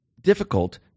difficult